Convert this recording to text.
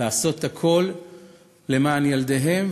לעשות הכול למען ילדיהם,